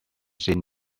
seen